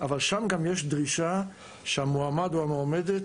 אבל שם גם יש דרישה שהמועמד או המועמדת